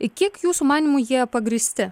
kiek jūsų manymu jie pagrįsti